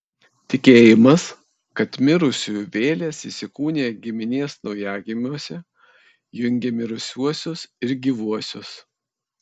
tikėjimas kad mirusiųjų vėlės įsikūnija giminės naujagimiuose jungė mirusiuosius ir gyvuosius